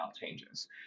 changes